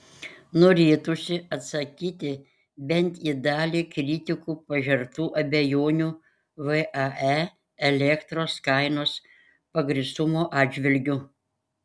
norėtųsi atsakyti bent į dalį kritikų pažertų abejonių vae elektros kainos pagrįstumo atžvilgiu